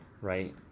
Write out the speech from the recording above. right